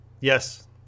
Yes